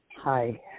Hi